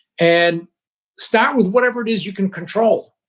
and start with whatever it is you can control.